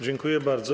Dziękuję bardzo.